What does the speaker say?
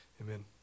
amen